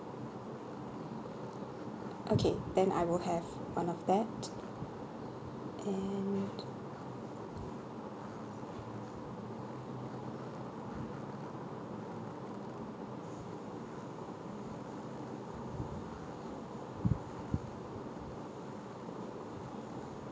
okay then I will have one of that and